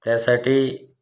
त्यासाठी